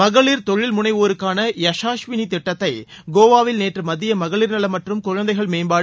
மகளிர் தொழில் முனைவோருக்கான யஸாஷ்விளி திட்டத்தை கோவாவில் நேற்று மத்திய மகளிர் நலம் மற்றும் குழந்தைகள் மேம்பாடு